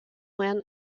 when